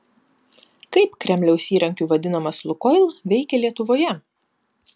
kaip kremliaus įrankiu vadinamas lukoil veikė lietuvoje